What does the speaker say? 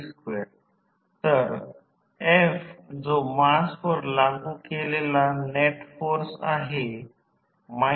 आता ऑटोट्रान्सफॉर्मर ला ऑटोट्रान्सफॉर्मर म्हणून घेताना त्याचे व्होल्टेज आणि वाइंडिंग चे प्रमाण V K V1V2